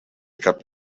cap